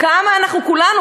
כמה אנחנו כולנו,